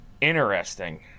interesting